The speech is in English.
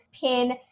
pin